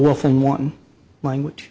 world from one language